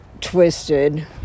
twisted